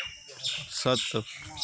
सत्त